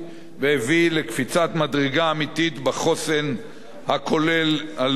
והביא לקפיצת מדרגה אמיתית בחוסן הכולל הלאומי.